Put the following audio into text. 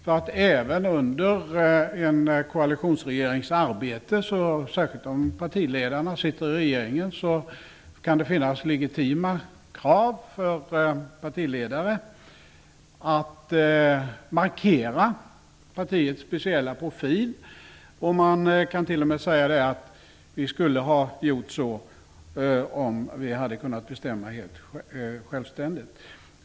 Även i arbetet i en koalitionsregering, särskilt om partiledarna sitter med i regeringen, kan det finnas legitima krav för en partiledare att markera partiets speciella profil. De skall t.o.m. kunna hävda att de skulle agera på ett visst sätt om de hade kunnat bestämma helt självständigt.